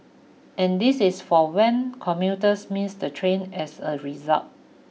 and this is for when commuters miss the train as a result